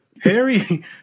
Harry